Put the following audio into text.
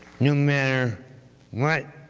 no matter what